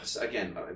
again